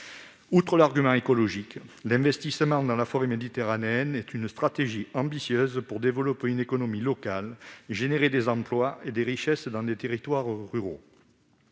de l'argument écologique, l'investissement dans la forêt méditerranéenne est une stratégie ambitieuse pour développer l'économie locale, créer des emplois et des richesses dans des territoires ruraux.